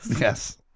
Yes